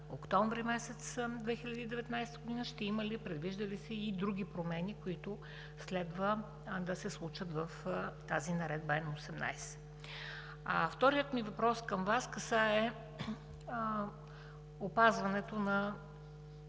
октомври месец 2019 г., ще има ли и предвиждат ли се и други промени, които следва да се случат в Наредба Н-18? Вторият ми въпрос към Вас касае опазването на